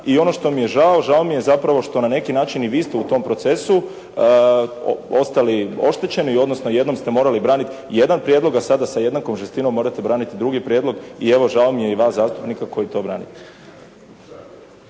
i ono što mi je žao, žao mi je zapravo što na neki način i vi ste u tom procesu ostali oštećeni, odnosno jednom ste morali braniti jedan prijedlog, a sada sa jednakom žestinom morate braniti drugi prijedlog i evo mi je i vas zastupnika koji to brani.